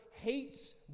hates